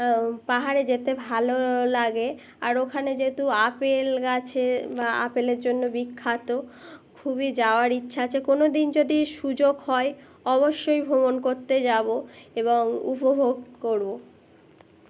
পাহাড়ে যেতে ভালো লাগে আর ওখানে যেহেতু আপেল গাছে বা আপেলের জন্য বিখ্যাত খুবই যাওয়ার ইচ্ছা আছে কোনো দিন যদি সুযোগ হয় অবশ্যই ভ্রমণ করতে যাবো এবং উপভোগ করবো